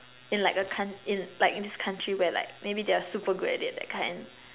in like a co~ in like in this country where like maybe they're super good at it that kind